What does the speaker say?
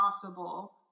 possible